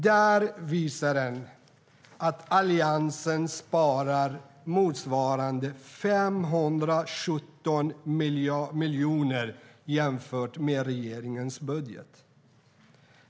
Den visar att Alliansen sparar motsvarande 517 miljoner jämfört med regeringens budget.